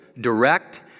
direct